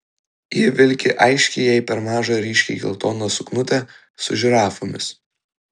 ji vilki aiškiai jai per mažą ryškiai geltoną suknutę su žirafomis